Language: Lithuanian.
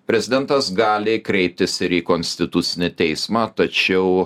prezidentas gali kreiptis ir į konstitucinį teismą tačiau